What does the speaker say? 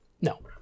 No